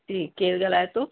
जी केरु ॻाल्हाए थो